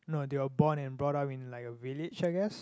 no they were born and brought up in like a village I guess